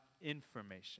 information